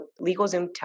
LegalZoom